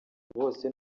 bose